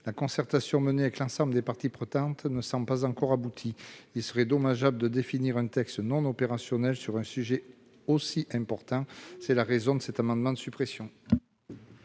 la concertation menée avec l'ensemble des parties prenantes ne semble pas encore aboutie. Il serait dommageable de définir un texte non opérationnel sur un sujet aussi important. C'est la raison de cet amendement de suppression.